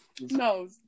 No